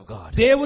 God